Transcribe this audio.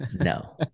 no